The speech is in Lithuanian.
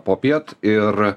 popiet ir